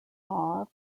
law